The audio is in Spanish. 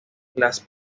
las